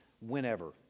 whenever